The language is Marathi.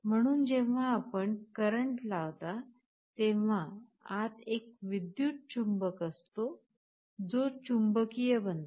म्हणून जेव्हा आपण करंट लावता तेव्हा आत एक विद्युत चुंबक असतो जो चुंबकीय बनतो